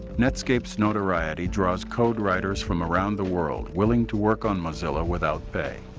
netscape's notoriety draws code writers from around the world willing to work on mozilla without pay.